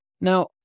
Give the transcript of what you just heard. Now